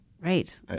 Right